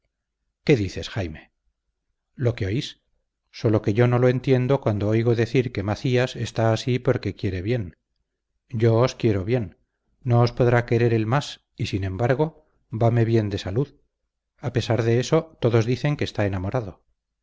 qué dices jaime lo que oís sólo que yo no lo entiendo cuando oigo decir que macías está así porque quiere bien yo os quiero bien no os podrá querer él más y sin embargo vame bien de salud a pesar de eso todos dicen que está enamorado